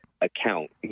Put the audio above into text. account